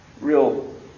real